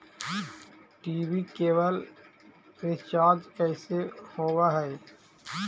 TV cable recharge कैसे होब हइ?